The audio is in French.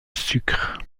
sucre